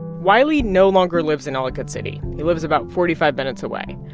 wiley no longer lives in ellicott city. he lives about forty five minutes away.